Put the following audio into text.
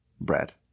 bread